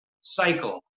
cycle